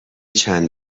چند